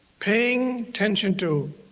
paying attention to